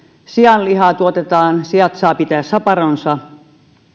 sianlihaa tuotetaan siat saavat pitää saparonsa